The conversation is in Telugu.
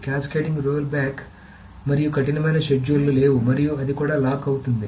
క్యాస్కేడింగ్ రోల్బ్యాక్ మరియు కఠినమైన షెడ్యూల్లు లేవు మరియు అది కూడా లాక్ అవుతుంది